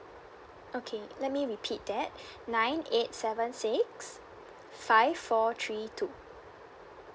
okay let me repeat that nine eight seven six five four three two